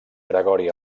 gregori